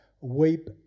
Weep